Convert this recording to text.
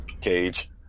Cage